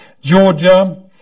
Georgia